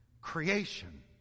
creation